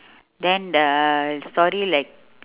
then the story like